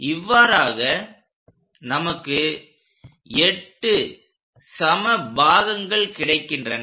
இவ்வாறாக நமக்கு 8 சம பாகங்கள் கிடைக்கின்றன